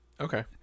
okay